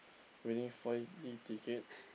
winning four-D ticket